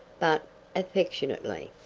but affectionately.